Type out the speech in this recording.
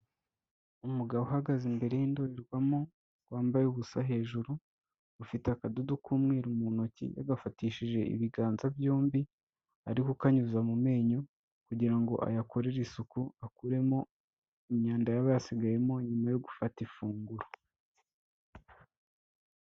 umugabo uhagaze imbere y'indorerwamo, wambaye ubusa hejuru, ufite akadodo k'umweruru mu ntoki yagafatishije ibiganza byombi, arikukanyuza mu menyo kugirango ayakorere isuku akuremo imyanda yaba yasigayemo nyuma yo gufata ifunguro